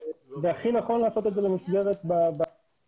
והכי נכון לעשות את זה במסגרת --- (ניתוק זום).